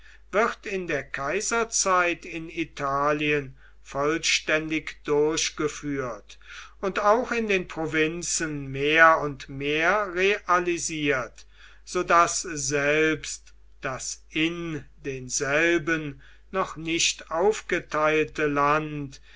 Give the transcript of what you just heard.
wird in der kaiserzeit in italien vollständig durchgeführt und auch in den provinzen mehr und mehr realisiert so daß selbst das in denselben noch nicht aufgeteilte land